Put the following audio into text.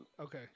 Okay